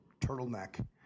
turtleneck